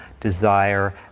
desire